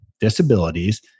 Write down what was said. disabilities